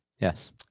Yes